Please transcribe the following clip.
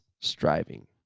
striving